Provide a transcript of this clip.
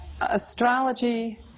astrology